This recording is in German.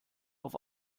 auf